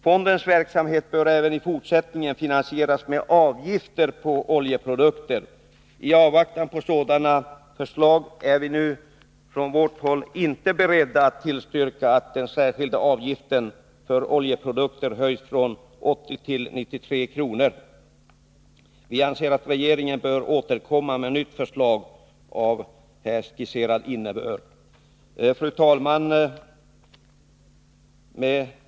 Fondens verksamhet bör även i fortsättningen finansieras med avgifter på oljeprodukter. I avvaktan på sådana förslag är vi nu från vårt håll inte beredda att tillstyrka att den särskilda avgiften för oljeprodukter höjs från 80 till 93 kr. Vi anser att regeringen bör återkomma med nytt förslag av här skisserad innebörd. Fru talman!